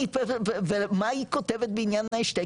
ומה היא כותבת בעניין ההשתק?